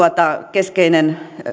keskeinen